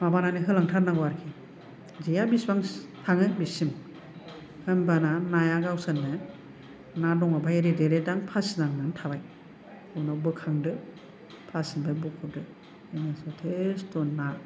माबानानै होलांथारनांगौ आरोखि जेया बिसिबां थाङो बेसिम होमबाना नाया गावसोरनो ना दंबा बेयाव रिदि रिदां फासि नांनानै थाबाय उनाव बोखांदो फासिनिफ्राय बखदो बेनो जथेस्त' ना